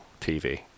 TV